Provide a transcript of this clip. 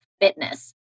fitness